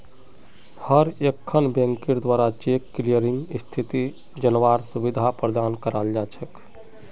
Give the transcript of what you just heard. हर एकखन बैंकेर द्वारा चेक क्लियरिंग स्थिति जनवार सुविधा प्रदान कराल जा छेक